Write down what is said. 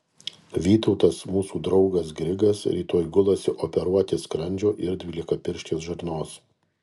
vytautas mūsų draugas grigas rytoj gulasi operuoti skrandžio ir dvylikapirštės žarnos